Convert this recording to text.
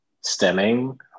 stemming